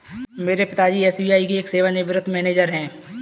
मेरे पिता जी एस.बी.आई के एक सेवानिवृत मैनेजर है